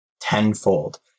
tenfold